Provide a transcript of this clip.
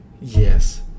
Yes